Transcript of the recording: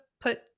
put